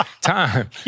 time